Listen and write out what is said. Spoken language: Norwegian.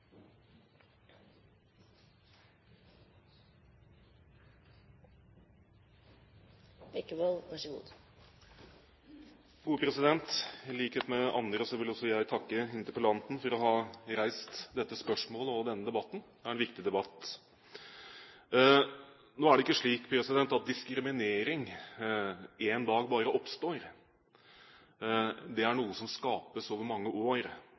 I likhet med andre vil også jeg takke interpellanten for å ha reist dette spørsmålet og denne debatten. Det er en viktig debatt. Nå er det ikke slik at diskriminering bare oppstår en dag. Det er noe som skapes over mange år,